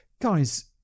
Guys